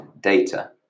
data